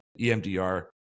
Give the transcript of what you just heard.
EMDR